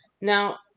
Now